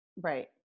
right